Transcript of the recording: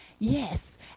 Yes